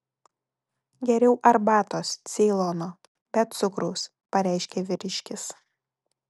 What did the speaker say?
geriau arbatos ceilono be cukraus pareiškė vyriškis